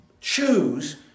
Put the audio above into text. choose